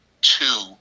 two